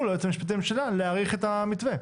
ליועץ המשפטי לממשלה להאריך את המתווה?